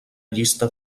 llista